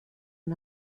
man